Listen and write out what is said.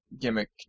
gimmick